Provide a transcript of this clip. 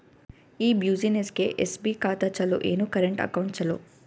ಈ ಬ್ಯುಸಿನೆಸ್ಗೆ ಎಸ್.ಬಿ ಖಾತ ಚಲೋ ಏನು, ಕರೆಂಟ್ ಅಕೌಂಟ್ ಚಲೋ?